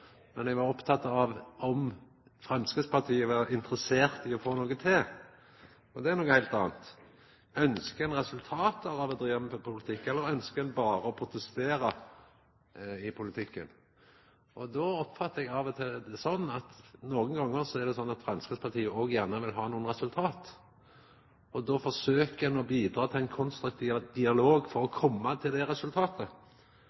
men eg var oppteken av om Framstegspartiet var interessert i å få noko til, og det er noko heilt anna. Ønskjer ein resultat av den politikken ein driv med, eller ønskjer ein berre å protestera i politikken? Då oppfattar eg det av og til sånn at nokre gonger vil òg gjerne Framstegspartiet ha nokre resultat, og då forsøkjer ein å bidra til ein konstruktiv dialog for å